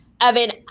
Evan